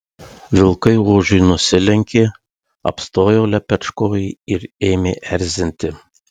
vilkai ožiui nusilenkė apstojo lepečkojį ir ėmė erzinti